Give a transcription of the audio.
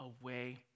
away